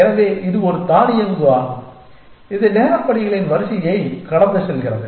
எனவே இது ஒரு தானியங்கு ஆகும் இது நேர படிகளின் வரிசையை கடந்து செல்கிறது